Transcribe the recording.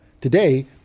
today